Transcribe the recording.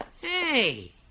Hey